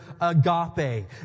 agape